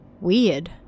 Weird